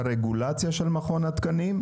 הרגולציה של מכון התקנים,